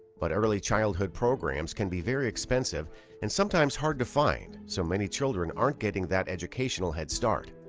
but early childhood programs can be very expensive and sometimes hard to find. so many children aren't getting that educational head start.